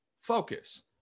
focus